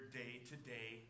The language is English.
day-to-day